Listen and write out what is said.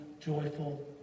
joyful